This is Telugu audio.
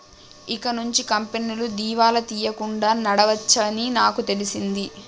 ఇకనుంచి కంపెనీలు దివాలా తీయకుండా నడవవచ్చని నాకు తెలిసింది